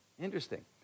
interesting